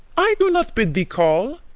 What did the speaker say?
i do not bid thee call.